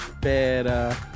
better